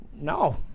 no